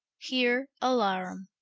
here alarum,